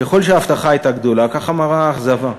ככל שההבטחה הייתה גדולה, ככה מרה האכזבה,